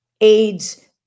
AIDS